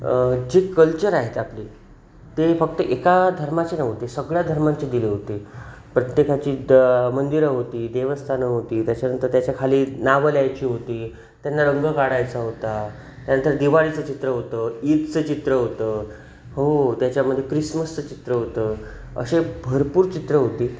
जी culture आहेत आपली ते फक्त एका धर्माची नव्हती सगळ्या धर्मांची दिली होती प्रत्येकाची द मंदिरं होती देवस्थानं होती त्याच्यानंतर त्याच्याखाली नावं लिहायची होती त्यांना रंग काढायचा होता त्यानंतर दिवाळीचं चित्र होतं ईदचं चित्र होतं हो त्याच्यामध्ये क्रिसमसचं चित्र होतं असे भरपूर चित्र होती